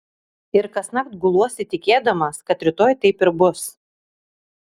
ir kasnakt guluosi tikėdamas kad rytoj taip ir bus